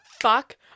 fuck